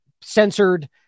censored